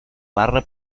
barra